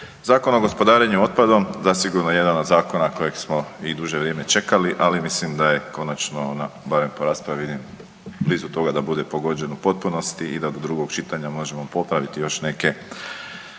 Zakon o gospodarenju otpadom zasigurno jedan od zakona kojeg smo i duže vrijeme čekali, ali mislim da je konačno, barem po raspravi, vidim, blizu toga da bude pogođen u potpunosti i da do drugog čitanja možemo popraviti još neke